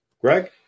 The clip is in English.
Greg